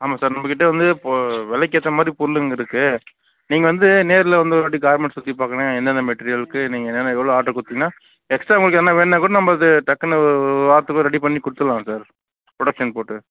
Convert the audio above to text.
ஆமாம் சார் நம்மகிட்டே வந்து இப்போது விலைக்கு ஏற்ற மாதிரி பொருளுங்க இருக்குது நீங்கள் வந்து நேரில் வந்து ஒரு வாட்டி கார்மெண்ட்ஸ் சுற்றி பார்த்தீங்கன்னா என்னென்ன மெட்டீரியல் இருக்குது நீங்கள் என்னென்ன எவ்வளோ ஆடரு கொடுத்திங்கன்னா எக்ஸ்ட்டா உங்களுக்கு எதனால் வேணுன்னால் கூட நம்மள்கிட்ட டக்குனு ஒரு வாரத்துக்குள்ளே பண்ணி கொடுத்துட்லாம் சார் ப்ரொடக்ஷன் போட்டு